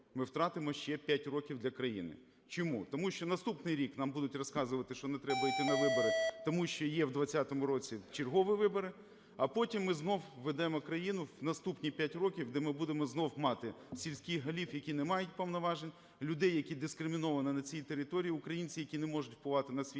ми втратимо ще 5 років для країни. Чому? Тому що наступного року нам будуть розказувати, що не треба йти на вибори, тому що є в 2020 році чергові вибори, а потім ми знову введемо країну у наступні 5 років, де ми будемо знову мати сільських голів, які не мають повноважень, людей, які дискриміновані на цій території, українці, які не можуть впливати на свій